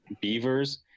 beavers